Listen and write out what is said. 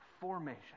formation